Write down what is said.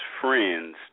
Friends